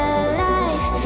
alive